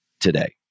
today